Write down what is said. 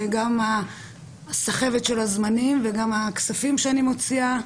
וגם הסחבת של הזמנים וגם הכספים שאני מוציאה,